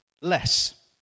less